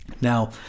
Now